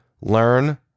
Learn